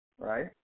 right